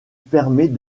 permet